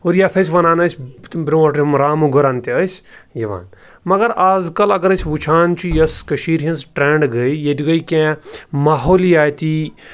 اور یَتھ ٲسۍ وَنان أسۍ تِم بروںٛٹھ یِم رامہٕ گُرَن تہِ ٲسۍ یِوان مگر اَزکَل اگر أسۍ وٕچھان چھِ یۄس کٔشیٖرِ ہِنٛز ٹرٛٮ۪نٛڈ گٔے ییٚتہِ گٔے کینٛہہ ماحولِیاتی